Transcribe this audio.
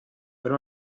wenn